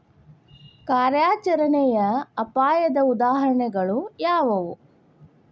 ಕಾರ್ಯಾಚರಣೆಯ ಅಪಾಯದ ಉದಾಹರಣೆಗಳು ಯಾವುವು